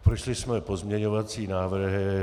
Prošli jsme pozměňovací návrhy.